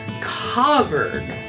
covered